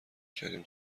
کردیم